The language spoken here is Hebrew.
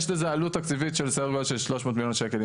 יש לזה עלות תקציבית של סדר גודל של 300 מיליון שקל,